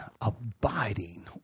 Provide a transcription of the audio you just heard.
Abiding